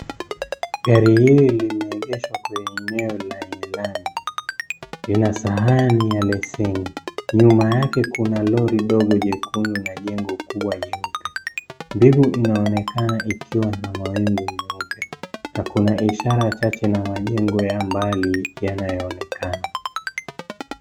Gari hili limeegeshwa kwenye eneo lenye lami. Lina sahani ya leseni. Nyuma yake kuna lori ndogo jekundu na jengo kubwa nyeupe. Mbingu inaonekana ikiwa na mawingu meupe na kuna ishara chache na majengo ya mbali yanayoonekana.